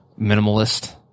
minimalist